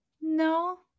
no